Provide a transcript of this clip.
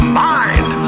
mind